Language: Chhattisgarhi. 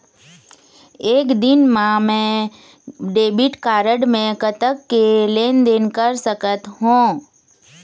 एक दिन मा मैं डेबिट कारड मे कतक के लेन देन कर सकत हो?